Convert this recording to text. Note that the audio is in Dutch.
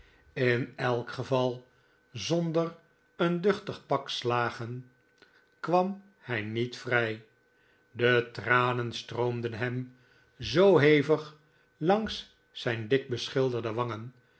in elk geval zonder een duchtig pak slagen kwam hij niet vrij de tranen stroomden hem zoo hevig langs zijn dik beschilderde wangen